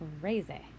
crazy